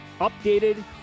Updated